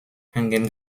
hängen